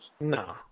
No